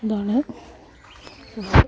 താണ്